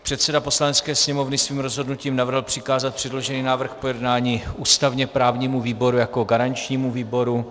Předseda Poslanecké sněmovny svým rozhodnutím navrhl přikázat předložený návrh k projednání ústavněprávnímu výboru jako garančnímu výboru.